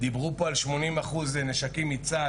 דיברו פה על 80% נשקים מצה"ל,